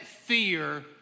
fear